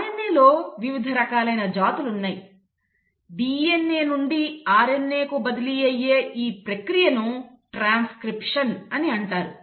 RNA లో వివిధ రకాలైన జాతులు ఉన్నాయి DNA నుండి RNA కు బదిలీ అయ్యే ఈ ప్రక్రియను ట్రాన్స్క్రిప్షన్ అని అంటారు